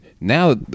now